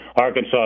Arkansas